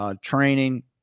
training